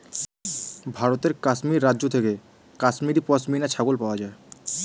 ভারতের কাশ্মীর রাজ্য থেকে কাশ্মীরি পশমিনা ছাগল পাওয়া যায়